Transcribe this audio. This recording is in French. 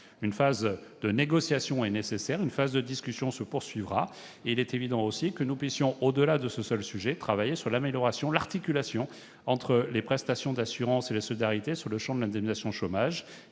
Une phase de négociation est nécessaire, une phase de discussion s'ensuivra. Il est évident aussi que nous devons, au-delà de ce seul sujet, travailler sur l'articulation entre les prestations d'assurance et la solidarité dans le champ de l'indemnisation chômage.